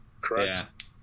correct